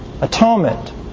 atonement